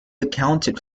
accounted